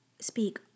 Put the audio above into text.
speak